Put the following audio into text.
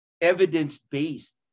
evidence-based